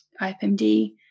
IPMD